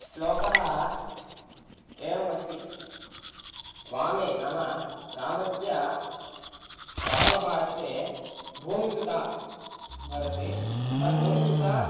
श्लोकः एवमस्ति वामे नाम रामस्य वामपार्श्वे भूमिसुता भवति सः भूमिसुता